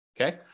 Okay